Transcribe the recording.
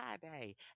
friday